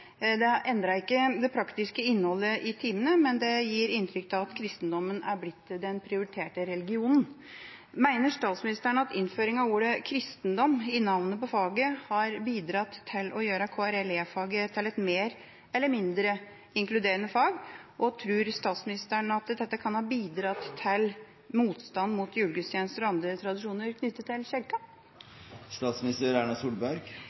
Det endret ikke det praktiske innholdet i timene, men det gir inntrykk av at kristendommen er blitt den prioriterte religionen. Mener statsministeren at innføringen av ordet kristendom i navnet på faget har bidratt til å gjøre KRLE-faget til et mer eller mindre inkluderende fag? Og tror statsministeren at dette kan ha bidratt til motstand mot julegudstjenester og andre tradisjoner knyttet til